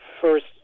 first